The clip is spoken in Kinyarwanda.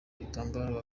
ibitambaro